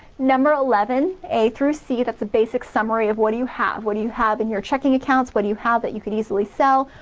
number eleven a through c that's a basic summary of what do you have? what you have in your checking accounts? what do you have that you can easily sell?